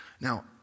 Now